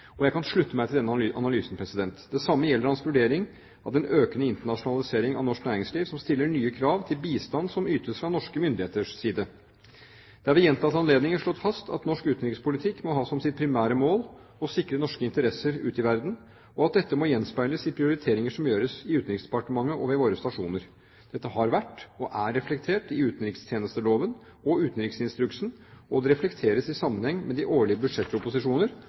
Jeg kan slutte meg til den analysen. Det samme gjelder hans vurdering av den økende internasjonalisering av norsk næringsliv, som stiller nye krav til bistand som ytes fra norske myndigheters side. Det er ved gjentatte anledninger slått fast at norsk utenrikspolitikk må ha som sitt primære mål å sikre norske interesser ute i verden, og at dette må gjenspeiles i prioriteringer som gjøres i Utenriksdepartementet og ved våre stasjoner. Dette har vært og er reflektert i utenrikstjenesteloven og i utenriksinstruksen, og det reflekteres i sammenheng med de årlige budsjettproposisjoner